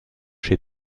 chez